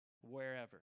Wherever